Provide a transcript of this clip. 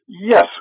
Yes